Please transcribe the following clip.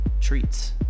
treats